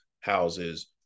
houses